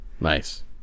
Nice